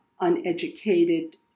uneducated